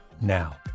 now